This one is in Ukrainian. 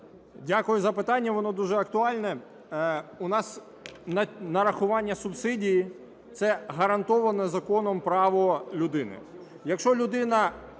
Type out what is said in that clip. Дякую за запитання, воно дуже актуальне. У нас нарахування субсидії – це гарантоване законом право людини.